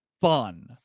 fun